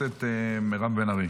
חברת הכנסת מירב בן ארי.